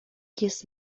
jest